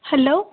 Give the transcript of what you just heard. hello